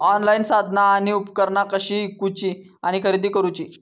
Online साधना आणि उपकरणा कशी ईकूची आणि खरेदी करुची?